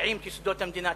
מקעקעים את יסודות המדינה?